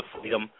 freedom